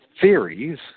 theories